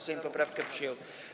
Sejm poprawkę przyjął.